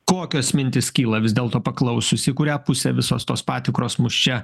kokios mintys kyla vis dėl to paklausius į kurią pusę visos tos patikros mus čia